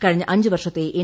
കഴിഞ്ഞ അഞ്ച് വർഷത്തെ എൻ